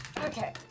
Okay